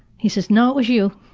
he says, no, it was you.